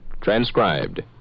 Transcribed